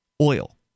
oil